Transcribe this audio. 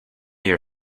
your